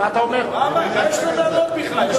מה יש לו לעלות בכלל?